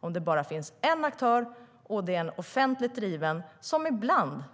Om det bara finns en aktör och den är offentligt driven kan det ibland